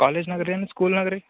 ಕಾಲೇಜ್ನಾಗೆ ರೀ ಏನು ಸ್ಕೂಲ್ನಾಗೆ ರೀ